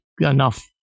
enough